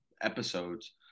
episodes